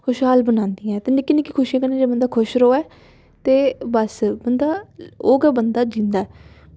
खुशहाल बनांदी ऐ ते निक्की निक्की पर जेकर बंदा खुश रवै बस ते ओह् ते बंदा गै जींदा ऐ